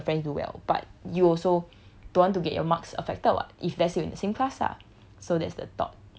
even though you want your friends do well but you also don't want to get your marks affected [what] if let's say you're in the same class lah